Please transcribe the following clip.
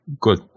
Good